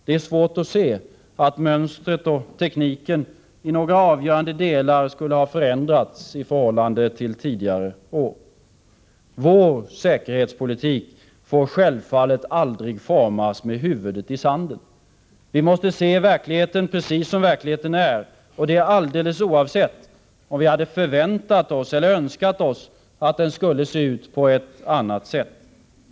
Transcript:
Det är svårt att se att mönstret och tekniken i några avgörande delar skulle ha förändrats i förhållande till tidigare år. Vår säkerhetspolitik får självfallet aldrig formas med huvudet i sanden. Vi måste se verkligheten precis som den är — och det alldeles oavsett om vi hade förväntat oss eller önskat oss att den skulle se ut på ett annat sätt.